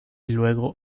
luego